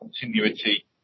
continuity